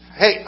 hey